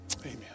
Amen